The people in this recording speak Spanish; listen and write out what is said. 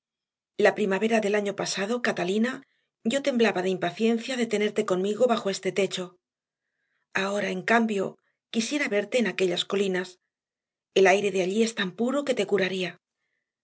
la primavera del año pasado catalina yo temblaba de impaciencia de tenerte conmigo bajo este techo ahora en cambio quisiera verte en aquellas colinas el aire de allí es tan puro que te curaría